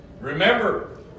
Remember